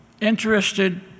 interested